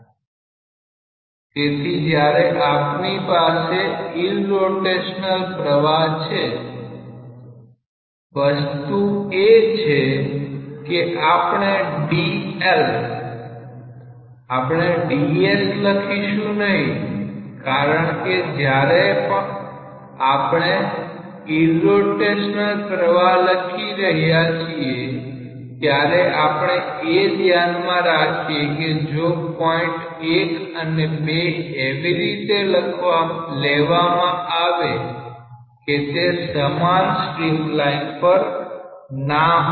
તેથી જ્યારે આપની પાસે ઈરરોટેશનલ પ્રવાહ છે વસ્તુ એ છે કે આપણે dl આપણે ds લખીશું નહીં કારણ કે જ્યારે આપણે ઈરરોટેશનલ પ્રવાહ લખી રહ્યા છીએ ત્યારે આપણે એ ધ્યાનમાં રાખીએ કે જો પોઈન્ટ 1 અને 2 એવી રીતે લેવામાં આવે કે તે સમાન સ્ટ્રીમલાઇન પર ના હોય